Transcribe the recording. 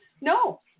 No